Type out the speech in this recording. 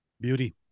Beauty